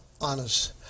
honest